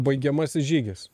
baigiamasis žygis